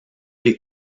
des